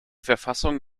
verfassung